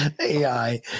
AI